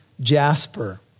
jasper